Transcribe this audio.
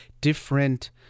different